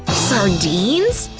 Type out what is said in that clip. sardines?